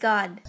God